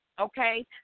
okay